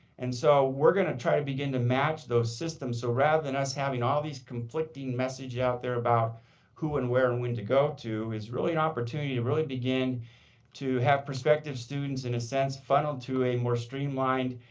and so we're going to try to begin match those systems. so rather than us having all these conflicting messages out there about who and where and when to go to is really an opportunity to really begin to have prospective students in a sense funneled to a more streamline,